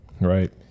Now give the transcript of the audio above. right